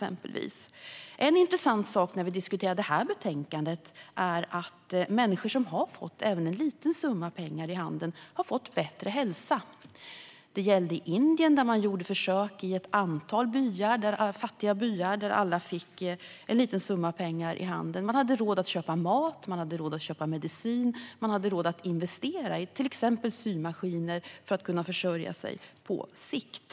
En intressant sak, när vi diskuterar det här betänkandet om ekonomisk trygghet vid sjukdom och funktionsnedsättning är att människor som har fått även en liten summa pengar i handen har fått bättre hälsa. I Indien gjorde man försök i ett antal fattiga byar där alla fick en liten summa pengar i handen. Människor hade då råd att köpa mat, att köpa medicin och att investera i till exempel symaskiner för att kunna försörja sig på sikt.